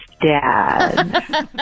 dad